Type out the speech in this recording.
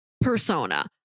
Persona